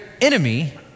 enemy